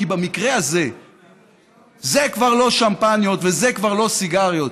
כי במקרה הזה זה כבר לא שמפניות וזה כבר לא סיגריות,